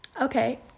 Okay